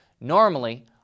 Normally